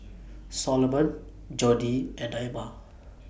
Soloman Jodi and Naima